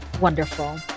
wonderful